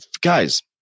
guys